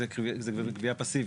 זו קביעה פאסיבית.